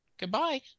Goodbye